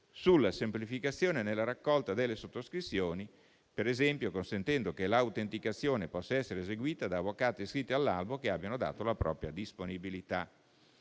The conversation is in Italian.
sulla semplificazione nella raccolta delle sottoscrizioni, consentendo, per esempio, che l'autenticazione possa essere eseguita da avvocati iscritti all'albo che abbiano dato la propria disponibilità.